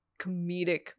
comedic